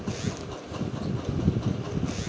आमतौरत बीज बोवा स पहले कल्टीपैकरेर इस्तमाल कराल जा छेक